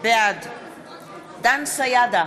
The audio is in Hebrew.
בעד דן סידה,